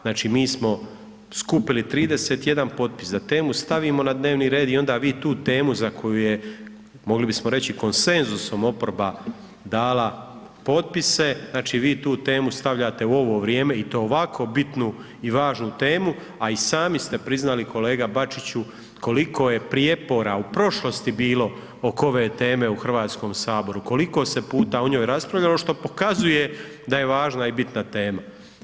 Znači mi smo skupili 31 potpis da temu stavimo na dnevni red i onda vi tu temu za koju je mogli bismo reći konsenzusom oporba dala potpisa, znači vi tu temu stavljate u ovo vrijeme i to ovako bitnu i važnu temu, a i sami ste priznali kolega Bačiću koliko je prijepora u prošlosti bilo oko ove teme u Hrvatskom saboru, koliko se puta o njoj raspravljalo što pokazuje da je važna i bitna tema.